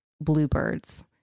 bluebirds